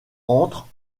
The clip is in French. entre